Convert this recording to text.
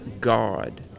God